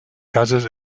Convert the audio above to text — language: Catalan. cases